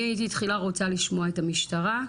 אני הייתי תחילה רוצה לשמוע את המשטרה,